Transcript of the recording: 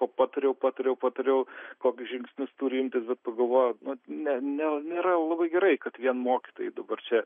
pa patariau patariau patariau kokius žingsnius turi imtis bet pagalvojau ne ne nėra labai gerai kad vien mokytojai dabar čia